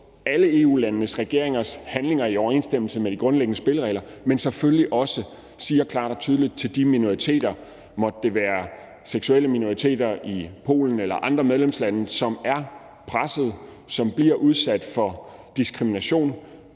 alle EU-landenes regeringers handlinger i overensstemmelse med de grundlæggende spilleregler, men selvfølgelig også siger klart og tydeligt til de minoriteter – måtte det være seksuelle minoriteter i Polen eller andre medlemslande – som er pressede, og som bliver udsat for diskrimination